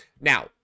now